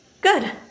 Good